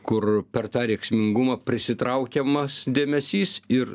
kur per tą rėksmingumą prisitraukiamas dėmesys ir